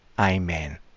Amen